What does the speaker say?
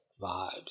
vibes